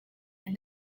and